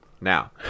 now